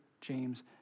James